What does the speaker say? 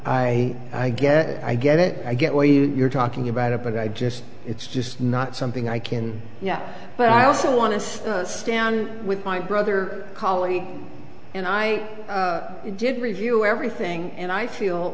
i i get it i get it i get where you are talking about it but i just it's just not something i can yeah but i also want to stand with my brother callie and i did review everything and i feel